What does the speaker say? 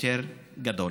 יותר גדול.